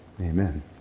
Amen